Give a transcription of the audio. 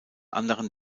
anderen